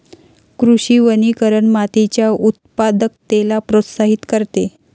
कृषी वनीकरण मातीच्या उत्पादकतेला प्रोत्साहित करते